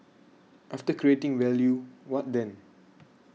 after creating value what then